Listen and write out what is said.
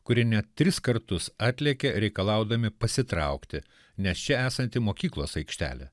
kuri net tris kartus atlėkė reikalaudami pasitraukti nes čia esanti mokyklos aikštelė